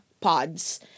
pods